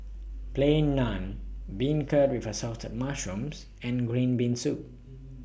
Plain Naan Beancurd with Assorted Mushrooms and Green Bean Soup